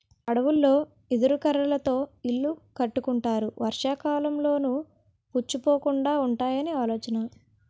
అడవులలో ఎదురు కర్రలతోనే ఇల్లు కట్టుకుంటారు వర్షాకాలంలోనూ పుచ్చిపోకుండా వుంటాయని ఆలోచన